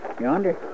Yonder